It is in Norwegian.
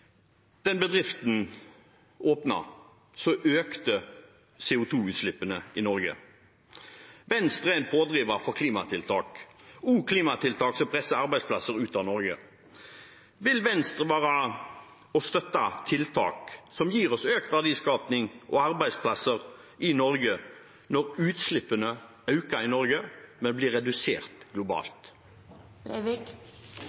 den bedriften åpnet, økte CO 2 -utslippene i Norge. Venstre er en pådriver for klimatiltak, også klimatiltak som presser arbeidsplasser ut av Norge. Vil Venstre være med og støtte tiltak som gir oss økt verdiskaping og arbeidsplasser i Norge, når utslippene øker i Norge, men blir redusert